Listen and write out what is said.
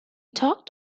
talked